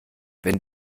wenn